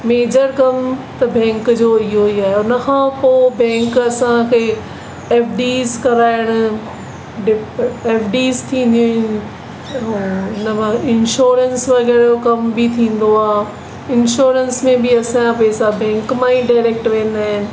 major कम त bank जो इहेई आहे हुन खां पोइ बैंक असांखे एफडीज़ कराइण एफडीज़ थींदियूं इन नवां इंश्योरेंस वग़ैरह कम बि थींदो आहे इंश्योरेंस में बि असां पैसा बैंक मां ई डायरेक्ट वेंदा आहिनि